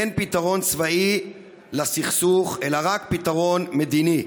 אין פתרון צבאי לסכסוך, אלא רק פתרון מדיני.